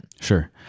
Sure